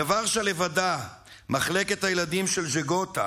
בוורשה לבדה מחלקת הילדים של ז'גוטה,